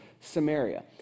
Samaria